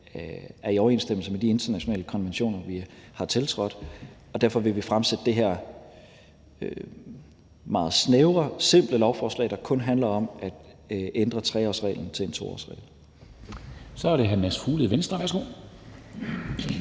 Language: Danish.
er i overensstemmelse med de internationale konventioner, vi har tiltrådt. Derfor vil vi fremsætte det her meget snævre og simple lovforslag, der kun handler om at ændre 3-årsreglen til en 2-årsregel. Kl. 13:10 Formanden (Henrik